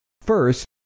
First